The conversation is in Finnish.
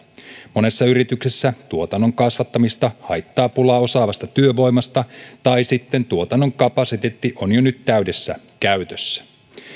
monessa yrityksessä tuotannon kasvattamista haittaa pula osaavasta työvoimasta tai sitten tuotannon kapasiteetti on jo nyt täydessä käytössä